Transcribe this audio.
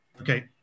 okay